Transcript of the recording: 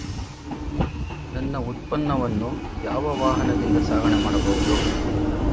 ನನ್ನ ಉತ್ಪನ್ನವನ್ನು ಯಾವ ವಾಹನದಿಂದ ಸಾಗಣೆ ಮಾಡಬಹುದು?